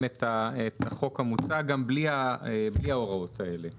את החוק המוצע גם בלי ההוראות האלה.